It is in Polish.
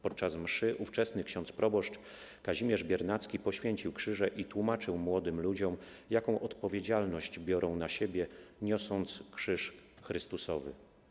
Podczas mszy ówczesny ksiądz proboszcz Kazimierz Biernacki poświęcił krzyże i tłumaczył młodym ludziom, jaką odpowiedzialność biorą na siebie, niosąc krzyż Chrystusowy.